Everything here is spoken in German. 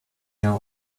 jahr